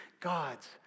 God's